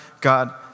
God